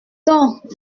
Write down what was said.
donc